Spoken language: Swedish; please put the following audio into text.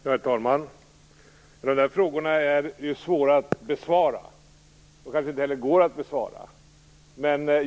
Herr talman! De här frågorna är svåra att besvara. De kanske inte ens går att besvara.